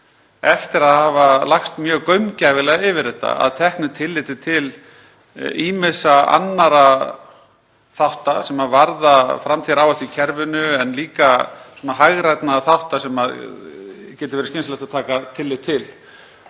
eftir að hafa lagst mjög gaumgæfilega yfir þetta að teknu tilliti til ýmissa annarra þátta sem varða framtíðaráhættu í kerfinu en líka hagrænna þátta sem getur verið skynsamlegt að taka tillit til.